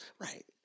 right